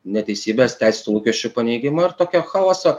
neteisybės teisėtų lūkesčių paneigimo ir tokio chaoso